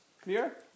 clear